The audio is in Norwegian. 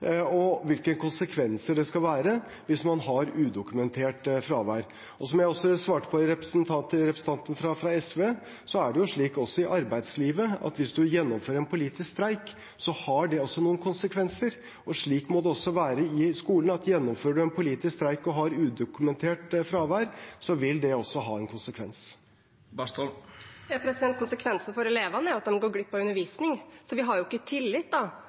og hvilke konsekvenser det skal være hvis man har udokumentert fravær. Som jeg svarte til representanten fra SV, er det også i arbeidslivet slik at hvis man gjennomfører en politisk streik, har det noen konsekvenser. Slik må det også være i skolen: Gjennomfører man en politisk streik og har udokumentert fravær, vil det ha en konsekvens. Ja, konsekvensen for elevene er at de går glipp av undervisning. Så vi har ikke tillit